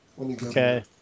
Okay